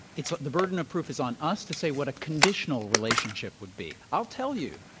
it's the burden of proof is on us to say what a conditional relationship would be. i'll tell you.